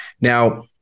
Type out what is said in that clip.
Now